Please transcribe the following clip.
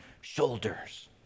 shoulders